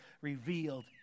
revealed